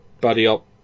buddy-up